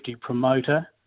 promoter